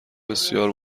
بسیار